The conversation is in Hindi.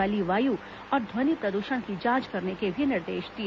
मंत्री ने वाली वायु और ध्वनि प्रद्षण की जांच करने के भी निर्देश दिए